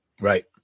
right